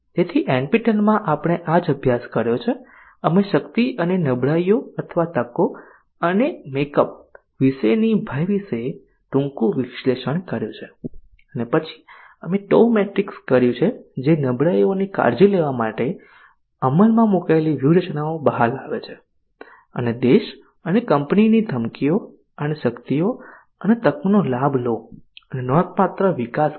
તેથી NPTEL માં આપણે આ જ અભ્યાસ કર્યો છે અમે શક્તિ અને નબળાઈઓ અથવા તકો અને મેકઅપ સાથેની ભય વિશે ટૂંકું વિશ્લેષણ કર્યું છે અને પછી અમે TOW મેટ્રિક્સ કર્યું છે જે નબળાઈઓની કાળજી લેવા માટે અમલમાં મુકાયેલી વ્યૂહરચનાઓ બહાર લાવે છે અને દેશ અને કંપનીની ધમકીઓ અને શક્તિઓ અને તકોનો લાભ લો અને નોંધપાત્ર વિકાસ કરો